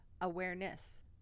awareness